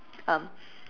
um